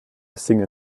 single